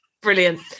Brilliant